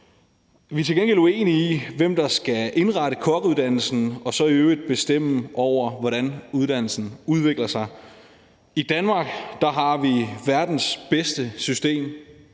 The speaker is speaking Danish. Vi er til gengæld uenige i, hvem der skal indrette kokkeuddannelsen og så i øvrigt bestemme, hvordan uddannelsen udvikler sig. I Danmark har vi verdens bedste system,